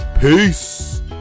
peace